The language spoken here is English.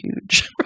huge